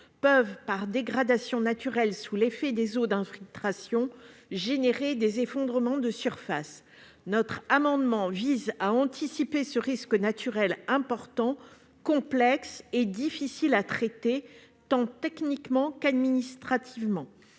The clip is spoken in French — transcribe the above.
peuvent, par dégradation naturelle sous l'effet des eaux d'infiltration, provoquer des effondrements de surface. Cet amendement vise à anticiper ce risque naturel important, complexe et difficile à traiter tant techniquement qu'administrativement.